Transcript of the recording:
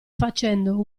facendo